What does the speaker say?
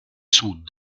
sud